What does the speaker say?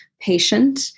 patient